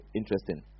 interesting